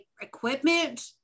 equipment